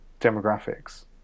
demographics